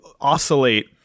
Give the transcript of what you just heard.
oscillate